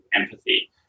empathy